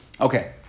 Okay